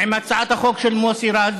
עם הצעת החוק של מוסי רז,